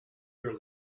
your